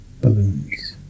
balloons